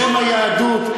בשם היהדות.